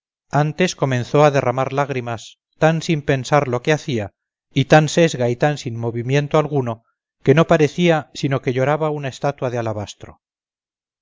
antes comenzó a derramar lágrimas tan sin pensar lo que hacía y tan sesga y tan sin movimiento alguno que no parecía sino que lloraba una estatua de alabastro